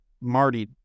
Marty